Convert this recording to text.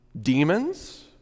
Demons